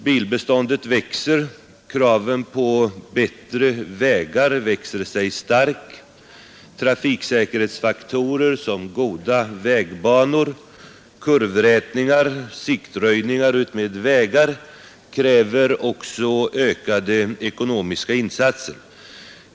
Bilbeståndet växer, kraven på bättre vägar växer starkt, trafiksäkerhetsfaktorer som goda vägbanor, kurvrätningar, siktröjningar utmed vägar kräver också ökade ekonomiska insatser.